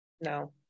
no